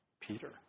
Peter